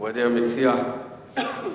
מכובדי המציע,